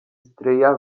stryja